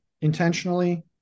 intentionally